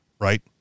right